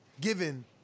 given